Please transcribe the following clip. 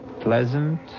pleasant